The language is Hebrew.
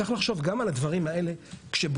צריכים לחשוב גם על הדברים האלה כשבונים,